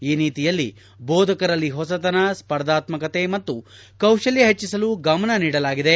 ಈ ನೀತಿಯಲ್ಲಿ ದೋಧಕರಲ್ಲಿ ಹೊಸತನ ಸ್ಪರ್ಧಾತ್ಸಕತೆ ಮತ್ತು ಕೌಶಲ್ತ ಹೆಚ್ಚಿಸಲು ಗಮನ ನೀಡಲಾಗಿದೆ